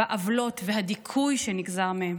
בעוולות ובדיכוי שנגזר מהם.